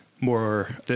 more